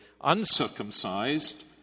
uncircumcised